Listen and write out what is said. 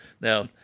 Now